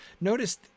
Notice